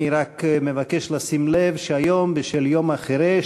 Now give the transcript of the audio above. אני רק מבקש לשים לב שהיום, בשל יום החירש,